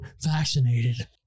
vaccinated